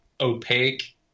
opaque